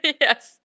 Yes